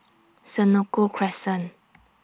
Senoko Crescent